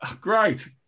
great